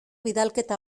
bidalketa